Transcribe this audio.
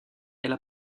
elle